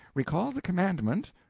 recall the commandment,